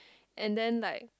and then like